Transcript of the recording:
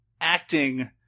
acting